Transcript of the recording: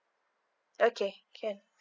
okay can